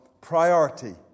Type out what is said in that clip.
priority